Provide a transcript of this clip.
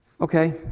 Okay